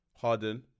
Harden